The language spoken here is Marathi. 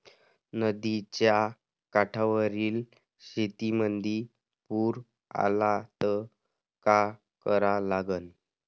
नदीच्या काठावरील शेतीमंदी पूर आला त का करा लागन?